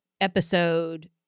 episode